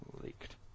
leaked